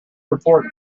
report